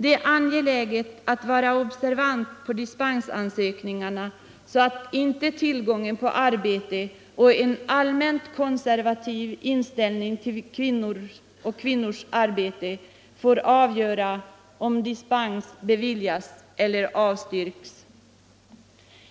Det är angeläget att vara observant på dispensansökningarna så att inte tillgången till arbete och en allmänt konservativ inställning till kvinnor och kvinnors arbete får avgöra om dispens beviljas eller avslås.